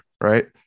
right